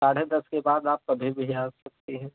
साढ़े दस के बाद आप कभी भी आ सकती हैं